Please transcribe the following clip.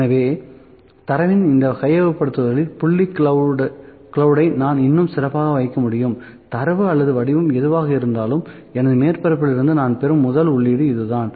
எனவே தரவின் இந்த கையகப்படுத்துதலில் புள்ளி கிளவுட் ஐ நான் இன்னும் சிறப்பாக வைக்க முடியும் தரவு அல்லது வடிவம் எதுவாக இருந்தாலும் எனது மேற்பரப்பில் இருந்து நான் பெறும் முதல் உள்ளீடு இதுதான்